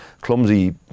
clumsy